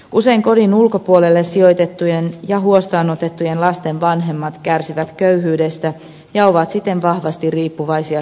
usein kodin ulkopuolelle sijoitettujen ja huostaan otettujen lasten vanhemmat kärsivät köyhyydestä ja ovat siten vahvasti riippuvaisia sosiaaliturvasta